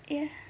ya